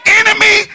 enemy